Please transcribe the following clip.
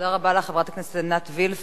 תודה רבה לך, חברת הכנסת עינת וילף.